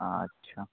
আচ্ছা